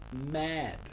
mad